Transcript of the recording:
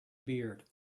beard